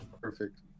Perfect